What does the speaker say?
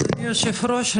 אדוני היושב-ראש,